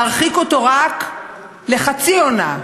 להרחיק אותו רק לחצי עונה.